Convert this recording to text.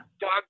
dog